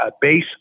base